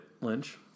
Lynch